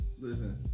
listen